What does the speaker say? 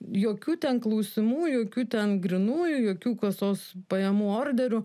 jokių ten klausimų jokių ten grynųjų jokių kasos pajamų orderių